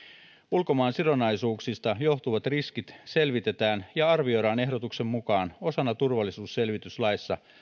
ulkomaansidonnaisuuksista johtuvat riskit selvitetään ja arvioidaan ehdotuksen mukaan osana turvallisuusselvityslaissa